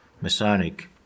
Masonic